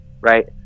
right